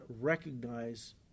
recognize